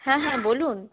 হ্যাঁ হ্যাঁ বলুন